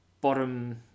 bottom